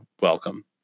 welcome